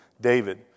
David